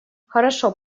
хорошо